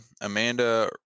Amanda